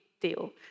deal